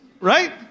right